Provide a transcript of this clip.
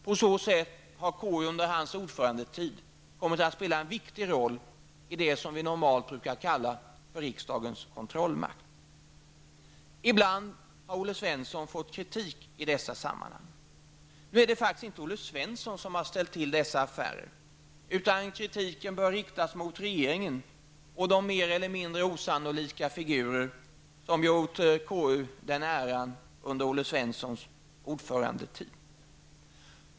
På så sätt har KU, under hans ordförandetid, kommit att spela en viktig roll i det som kallas för riksdagens kontrollmakt. Ibland har Olle Svensson fått kritik i dessa sammanhang. Nu är det faktiskt inte Olle Svensson som har ställt till dessa affärer, utan kritiken bör riktas mot regeringen och de mer eller mindre osannolika figurer, som gjort KU den äran under Olle Svenssons ordförandetid.